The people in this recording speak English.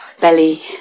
belly